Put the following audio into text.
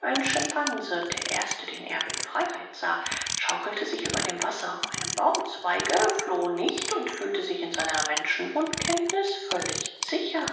ein schimpanse der erste den erb in freiheit sah schaukelte sich über dem wasser auf einem baumzweige floh nicht und fühlte sich in seiner menschenunkenntnis völlig sicher